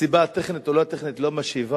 מסיבה טכנית או לא טכנית לא משיבה,